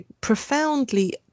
profoundly